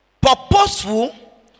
Purposeful